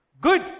good